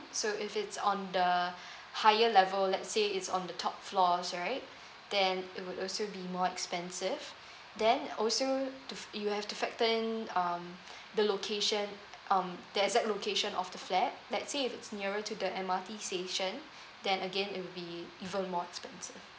so if it's on the higher level let's say it's on the top floors right then it would also be more expensive then also to f~ you have to factor in um the location um the exact location of the flat let's say if it's nearer to the M_R_T station then again it will be even more experience